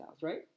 right